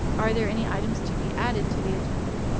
are there any items to be added to the agenda?